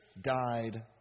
died